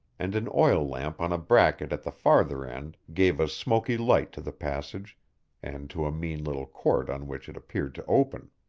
and an oil lamp on a bracket at the farther end gave a smoky light to the passage and to a mean little court on which it appeared to open.